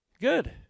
good